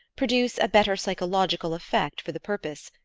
produce a better psychological effect for the purpose,